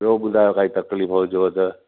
ॿियों ॿुधायो काई तकलीफ़ हुजेव त